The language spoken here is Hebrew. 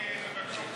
אני ארשום,